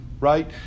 right